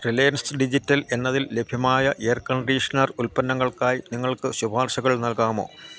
Reliance digital എന്നതിൽ ലഭ്യമായ air conditioner ഉൽപ്പന്നങ്ങൾക്കായി നിങ്ങൾക്കു ശുപാർശകൾ നൽകാമോ